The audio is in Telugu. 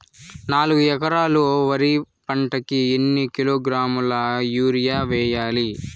నాలుగు ఎకరాలు వరి పంటకి ఎన్ని కిలోగ్రాముల యూరియ వేయాలి?